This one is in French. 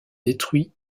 détruit